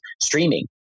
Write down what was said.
streaming